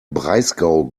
breisgau